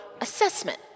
assessment